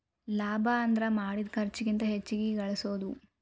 ಲಾಭ ಅಂದ್ರ ಮಾಡಿದ್ ಖರ್ಚಿಗಿಂತ ಹೆಚ್ಚಿಗಿ ಗಳಸೋದು